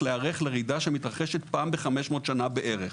להיערך לרעידה שמתרחשת פעם ב-500 שנה בערך.